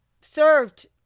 served